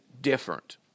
different